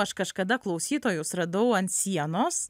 aš kažkada klausytojus radau an sienos